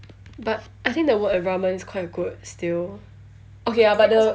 but I think the work environment is quite good still okay ah but the